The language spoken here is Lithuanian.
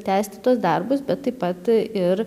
tęsti tuos darbus bet taip pat ir